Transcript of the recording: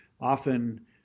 often